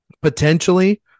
potentially